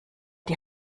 die